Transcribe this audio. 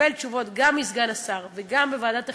ונקבל תשובות, גם מסגן השר וגם בוועדת החינוך,